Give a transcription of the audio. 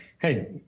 Hey